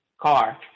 car